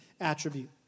attribute